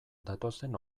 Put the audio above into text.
datozen